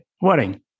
wedding